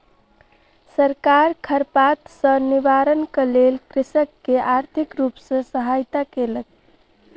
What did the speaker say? सरकार खरपात सॅ निवारणक लेल कृषक के आर्थिक रूप सॅ सहायता केलक